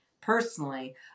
personally